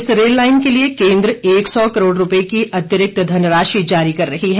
इस rail line के लिए केंद्र एक सौ करोड़ रुपए की अतिरिक्त धनराशि जारी कर रही है